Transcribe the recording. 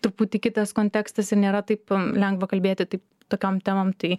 truputį kitas kontekstas ir nėra taip lengva kalbėti tai tokiom temom tai